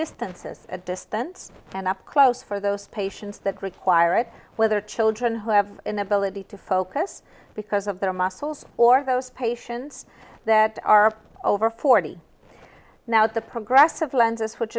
distances a distance and up close for those patients that require it whether children who have inability to focus because of their muscles or those patients that are over forty now at the progressive lenses which